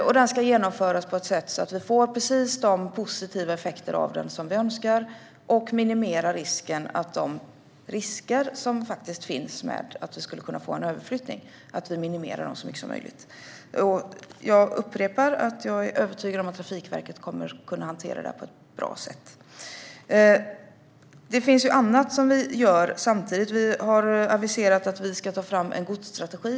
Reformen ska genomföras på ett sätt så att vi får precis de positiva effekter av den som vi önskar och att vi så mycket som möjligt minimerar de risker som finns i och med att vi skulle kunna få en överflyttning. Jag upprepar att jag är övertygad om att Trafikverket kommer att kunna hantera detta på ett bra sätt. Det finns annat som vi gör samtidigt. Vi har aviserat att vi ska ta fram en godsstrategi.